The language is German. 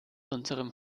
unserem